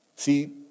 See